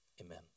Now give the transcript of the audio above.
amen